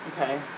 Okay